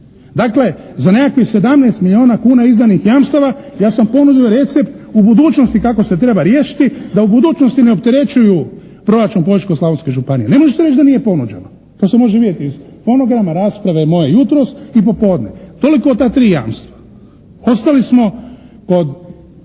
Dakle za nekakvih 17 milijuna kuna izdanih jamstava ja sam ponudio recept u budućnosti kako se treba riješiti, da u budućnosti ne opterećuju proračun Požeško-slavonske županije. Ne možete reći da nije ponuđeno. To se može vidjeti iz fonograma, rasprave moje jutros i popodne. Toliko o ta tri jamstva. Ostali smo kod